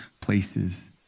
places